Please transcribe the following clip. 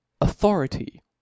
authority